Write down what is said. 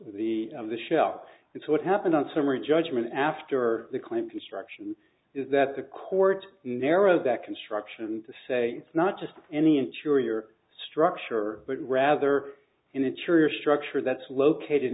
the of the shell is what happened on summary judgment after the claim construction is that the courts narrow that construction to say it's not just any ensure your structure but rather in a church structure that's located